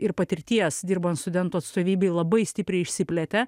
ir patirties dirbant studentų atstovybėj labai stipriai išsiplėtė